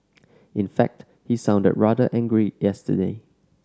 in fact he sounded rather angry yesterday